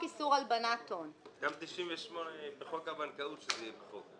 גם בחוק הבנקאות שזה יהיה בחוק.